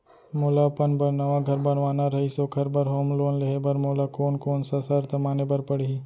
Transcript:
मोला अपन बर नवा घर बनवाना रहिस ओखर बर होम लोन लेहे बर मोला कोन कोन सा शर्त माने बर पड़ही?